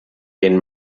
den